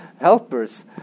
helpers